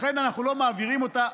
לכן אנחנו לא מעבירים אותה.